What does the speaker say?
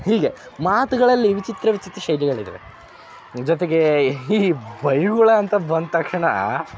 ಹೀಗೆ ಮಾತುಗಳಲ್ಲಿ ವಿಚಿತ್ರ ವಿಚಿತ್ರ ಶೈಲಿಗಳಿದ್ದಾವೆ ಜೊತೆಗೆ ಈ ಬೈಗುಳ ಅಂತ ಬಂದ ತಕ್ಷಣ